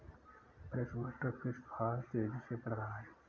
freshwater fish farm तेजी से बढ़ रहा है